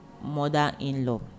mother-in-law